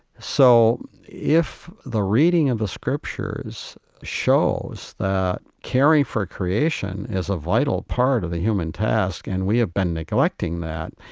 so if the reading of the scriptures shows that caring for creation is a vital part of the human task and we have been neglecting that,